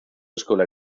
escolar